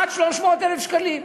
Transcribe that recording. עד 300,000 שקלים,